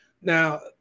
Now